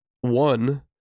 one